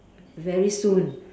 very soon